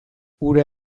hura